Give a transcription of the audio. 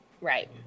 Right